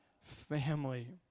Family